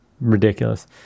ridiculous